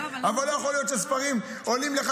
אבל לא יכול להיות שספרים עולים לך,